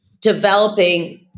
developing